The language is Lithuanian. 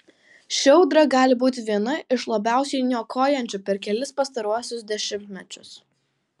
ši audra gali būti viena iš labiausiai niokojančių per kelis pastaruosius dešimtmečius